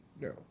no